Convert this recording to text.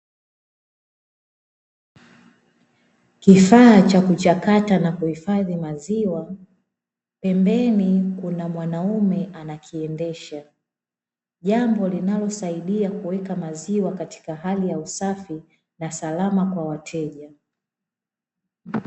Kifaa cha kuchakata na kuhifadhi maziwa, pembeni kuna mwanaume anakiendesha, jambo linalosaidia kuweka maziwa katika hali ya usafi na salama kwa wateja.